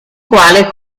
quale